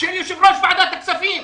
של יושב-ראש ועדת הכספים,